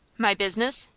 my business?